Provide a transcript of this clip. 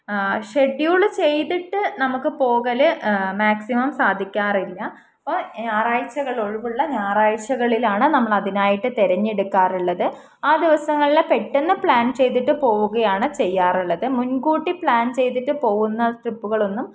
schedule ചെയ്തിട്ട് നമുക്ക് പോകൽ മാക്സിമം സാധിക്കാറില്ല അപ്പോൾ ഞായറാഴ്ച്ചകൾ ഒഴിവുള്ള ഞായറാഴ്ച്ചകളിലാണ് നമ്മളതിനായിട്ട് തിരഞ്ഞെടുക്കാറുള്ളത് ആ ദിവസങ്ങളിൽ പെട്ടെന്ന് പ്ലാൻ ചെയ്തിട്ട് പോവുകയാണ് ചെയ്യാറുള്ളത് മുൻകൂട്ടി പ്ലാൻ ചെയ്തിട്ട് പോവുന്ന ട്രിപ്പുകളൊന്നും